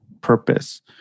purpose